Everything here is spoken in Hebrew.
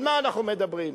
על מה אנחנו מדברים?